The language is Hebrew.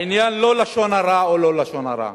העניין הוא לא לשון הרע או לא לשון הרע,